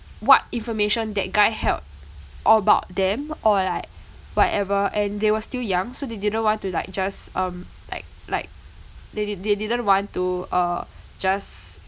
what information that guy held about them or like whatever and they were still young so they didn't want to like just um like like they did~ they didn't want to uh just